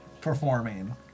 performing